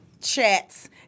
chats